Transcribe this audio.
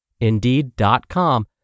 Indeed.com